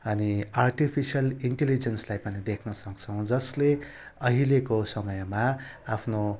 अनि आर्टिफिसियल इन्टेलिजेन्सलाई पनि देख्नसक्छौँ जसले अहिलेको समयमा आफ्नो